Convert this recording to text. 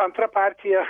antra partija